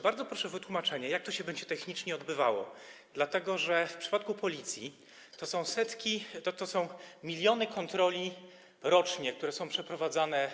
Bardzo proszę o wytłumaczenie, jak to się będzie technicznie odbywało, dlatego że w przypadku Policji to są setki, miliony kontroli pojazdów rocznie, które są przeprowadzane.